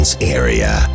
area